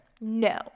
No